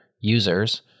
users